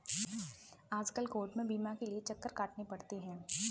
आजकल कोर्ट में बीमा के लिये चक्कर काटने पड़ते हैं